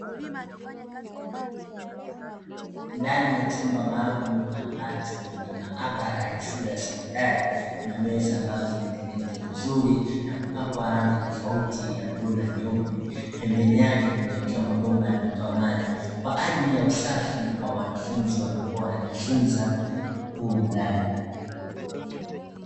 Ndani ya chumba maalumu, ambacho ni maabara ya shule ya sekondari, kuna meza ambazo zimetengenezwa vizuri na kupakwa rangi tofauti ya bluu na nyeupe. Pembeni yake kumewekewa mabomba yanayotoa maji kwa ajili ya usafi wa wanafunzi wanaokuwa wanajifunza humu ndani.